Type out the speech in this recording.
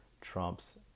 Trump's